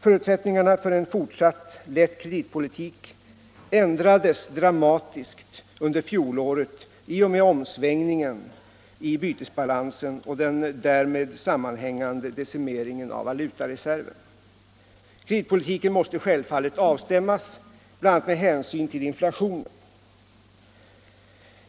Förutsättningarna för en fortsatt lätt kreditpolitik ändrades dramatiskt under fjolåret i och med omsvängningen i bytesbalansen och den därmed sammanhängande decimeringen av va lutareserven. Kreditpolitiken måste självfallet avstämmas bl.a. med hänsyn till inflationen.